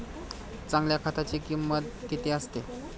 चांगल्या खताची किंमत किती असते?